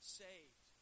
saved